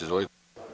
Izvolite.